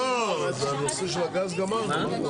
לא, את הנושא של הגז גמרנו.